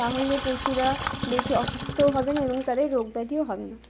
তাহলে পশুরা বেশি অসুস্থও হবে না এবং তাদের রোগ ব্যাধিও হবে না